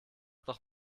doch